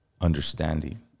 understanding